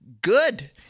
good